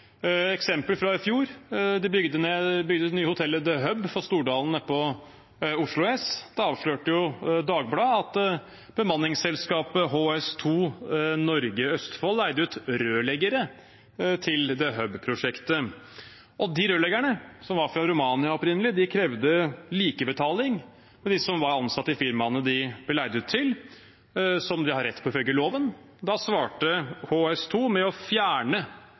eksempel fra i fjor: Da det nye hotellet til Stordalen, The Hub, ble bygd nede på Oslo S, avslørte Dagbladet at bemanningsselskapet HS2 Norge Østfold leide ut rørleggere til The Hub-prosjektet. De rørleggerne, som opprinnelig var fra Romania, krevde samme betaling som dem som var ansatt i firmaene de ble leid ut til, som de har rett på ifølge loven. Da svarte HS2 med å fjerne